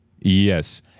yes